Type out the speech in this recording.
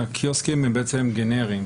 הקיוסקים הם בעצם גנריים,